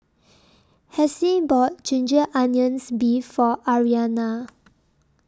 Hassie bought Ginger Onions Beef For Mariana